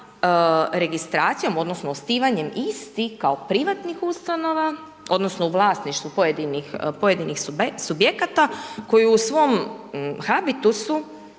registraciju odnosno osnivanjem istih kao privatnih ustanova odnosno u vlasništvu pojedinih subjekata koji u svom habitusu